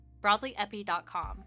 BroadlyEpi.com